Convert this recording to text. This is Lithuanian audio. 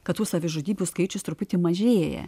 kad tų savižudybių skaičius truputį mažėja